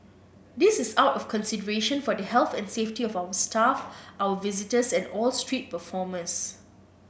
this is out of consideration for the health and safety of our staff our visitors and all street performers